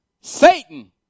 Satan